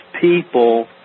people